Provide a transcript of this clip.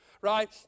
right